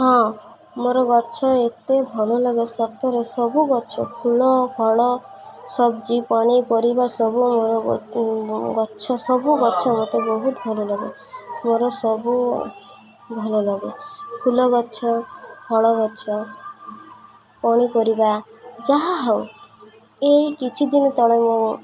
ହଁ ମୋର ଗଛ ଏତେ ଭଲ ଲାଗେ ସତରେ ସବୁ ଗଛ ଫୁଲ ଫଳ ସବଜି ପନିପରିବା ସବୁ ମୋର ଗଛ ସବୁ ଗଛ ମୋତେ ବହୁତ ଭଲ ଲାଗେ ମୋର ସବୁ ଭଲ ଲାଗେ ଫୁଲ ଗଛ ଫଳ ଗଛ ପନିପରିବା ଯାହା ହଉ ଏଇ କିଛି ଦିନ ତଳେ ମୁଁ